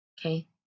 Okay